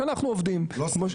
גם משם לא קיבלתי --- רק רגע,